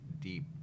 deep